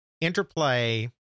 Interplay